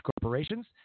corporations